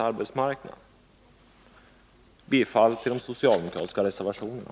Jag yrkar bifall till de socialdemokratiska reservationerna.